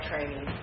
training